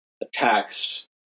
attacks